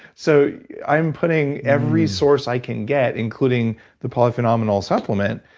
so i'm putting every source i can get, including the polyphenominal supplement,